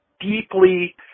deeply